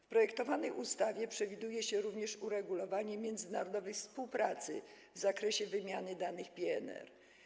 W projektowanej ustawie przewiduje się również uregulowanie międzynarodowej współpracy w zakresie wymiany danych PNR.